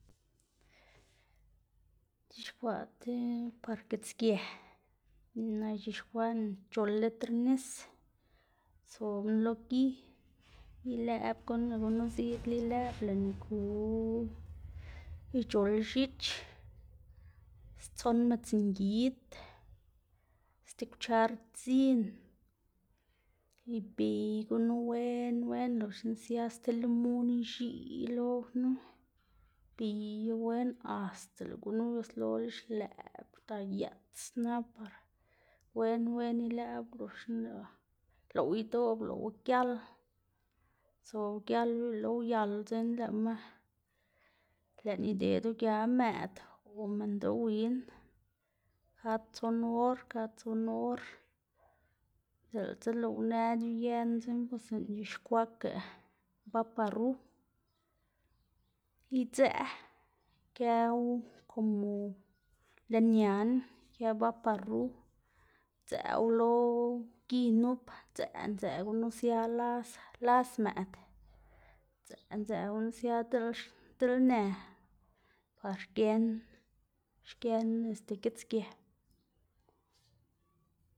c̲h̲ixkwaꞌ te par gitsgë, naꞌ ix̱ixkwaꞌná ic̲h̲ol liter nis, sobná lo gi ilëꞌb gunu lëꞌ gunu ziꞌdla ilëꞌb lëꞌná ku ic̲h̲ol x̱ich, stson midzngid, sti kwchar dzin, ibiy gunu wen wen loxna sia sti limun ix̱iꞌ lo knu, ibiyu wen asta lëꞌ gunu uyuslola xlëꞌb asta yeꞌts xna par wen wen ilëꞌb loxna lëꞌ lëꞌwu idoꞌb, lëꞌwu gial, sobu gialo uyelo uyalo dzekna lëꞌma, lëꞌná idedu gia mëꞌd o minndoꞌ win kad tson or kad tso or diꞌltsa lëꞌwu nëd igëꞌn dzekna pues lëꞌná ix̱ixkwaꞌka baparu idzëꞌ ikëwu komo lën ñaná ikë baparu, idzëꞌwu lo gi nup ndzëꞌ ndzëꞌ gunu sia las las mëꞌd, ndzëꞌ ndzëꞌ gunu sia diꞌl diꞌl në, par xgën xgën este gitsge.